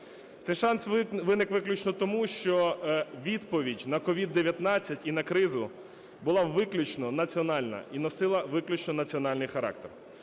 Це шанс виник виключно тому, що відповідь на COVID-19 і на кризу була виключно національна і носила виключно національний характер.